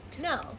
no